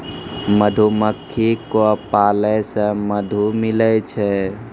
मधुमक्खी क पालै से मधु मिलै छै